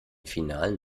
finalen